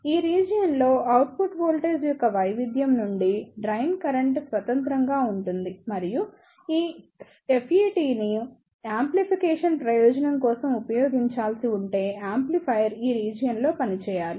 ఈ రీజియన్ లో output voltage యొక్క వైవిధ్యం నుండి డ్రైన్ కరెంట్ స్వతంత్రంగా ఉంటుంది మరియు ఈ FET ను యాంప్లిఫికేషన్ ప్రయోజనం కోసం ఉపయోగించాల్సి ఉంటే యాంప్లిఫైయర్ ఈ రీజియన్ లో పనిచేయాలి